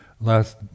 last